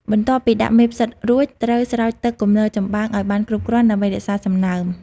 បន្ទាប់ពីដាក់មេផ្សិតរួច ត្រូវស្រោចទឹកគំនរចំបើងឲ្យបានគ្រប់គ្រាន់ ដើម្បីរក្សាសំណើម។